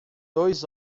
dois